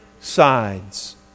sides